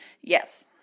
Yes